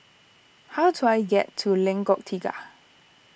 how do I get to Lengkok Tiga